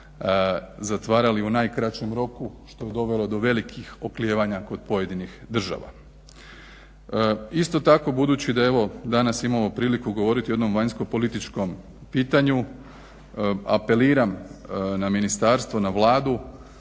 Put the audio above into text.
zatvarali u najkraćem roku što je dovelo do velikih oklijevanja kod pojedinih država. Isto tako budući da je ovo danas imamo priliku govoriti o jednom vanjskopolitičkom pitanju, apeliram na ministarstvu na Vladu